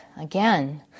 again